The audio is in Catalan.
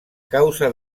causa